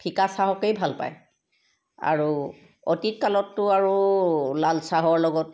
ফিকা চাহকেই ভাল পায় আৰু অতীত কালততো আৰু লালচাহৰ লগত